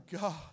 God